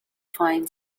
find